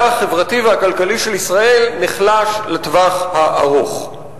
החברתי והכלכלי של ישראל נחלש לטווח הארוך.